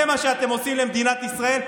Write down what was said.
זה מה שאתם עושים למדינת ישראל.